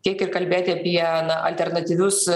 tiek ir kalbėti apie alternatyvius